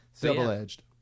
double-edged